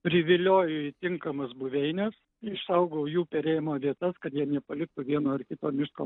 privilioju į tinkamas buveines išsaugau jų perėjimo vietas kad jie nepaliktų vieno ar kito miško